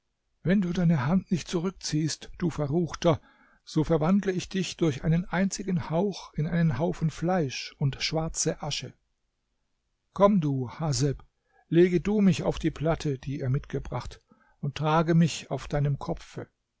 wenn du deine hand nicht zurückziehst du verruchter so verwandle ich dich durch einen einzigen hauch in einen haufen fleisch und schwarze asche komm du haseb lege du mich auf die platte die ihr mitgebracht und trage mich auf deinem kopfe